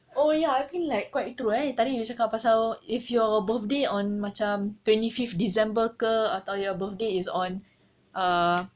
oh ya I mean like quite true eh tadi you cakap pasal if your birthday on macam twenty fifth december ke or macam your birthday is on err